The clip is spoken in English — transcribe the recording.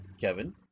Kevin